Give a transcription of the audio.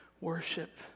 worship